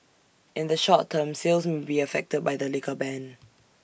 in the short term sales may be affected by the liquor ban